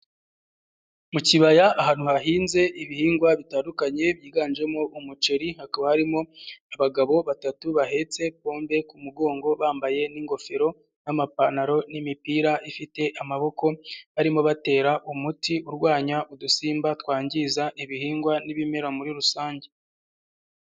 Mu kibaya ahantu hahinze ibihingwa bitandukanye byiganjemo umuceri, hakaba harimo abagabo batatu bahetse ipombe ku mugongo bambaye n'ingofero n'amapantaro n'imipira ifite amaboko, barimo batera umuti urwanya udusimba twangiza ibihingwa n'ibimera muri rusange.